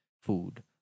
food